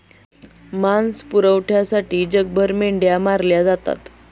मांस पुरवठ्यासाठी जगभर मेंढ्या मारल्या जातात